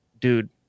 dude